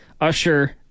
Usher